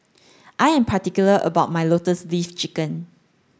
I am particular about my lotus leaf chicken